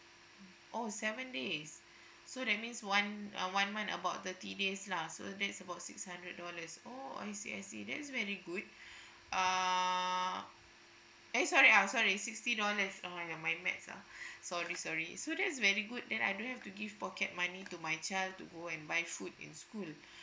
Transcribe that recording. oh seven days so that means one uh one month about thirty days lah so that's about six hundred dollars oh I see I see that's very good uh eh sorry uh sorry sixty dollar !aiya! my math ah sorry sorry so that's very good then I don't have to give pocket money to my child to go and buy food in school